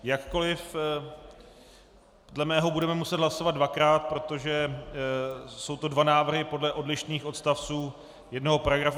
Jakkoliv dle mého budeme muset hlasovat dvakrát, protože jsou to dva návrhy podle odlišných odstavců jednoho paragrafu.